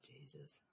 Jesus